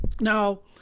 Now